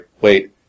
wait